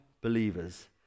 believers